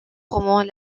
roman